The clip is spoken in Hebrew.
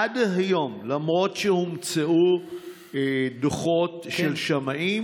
עד היום, למרות שהומצאו דוחות של שמאים,